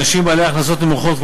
אנשים בעלי הכנסות נמוכות,